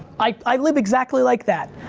i live exactly like that.